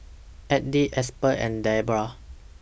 Abdiel Aspen and Debra